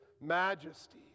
majesty